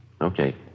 Okay